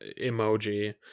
emoji